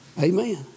Amen